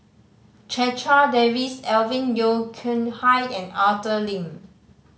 Checha Davies Alvin Yeo Khirn Hai and Arthur Lim